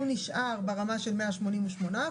הוא נשאר ברמה של 188%,